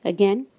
Again